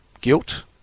guilt